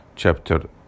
Chapter